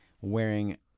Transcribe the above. wearing